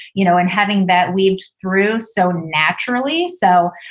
you know, and having that weave through so naturally. so,